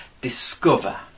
discover